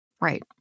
Right